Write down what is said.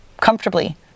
comfortably